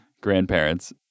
grandparents